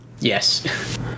yes